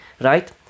right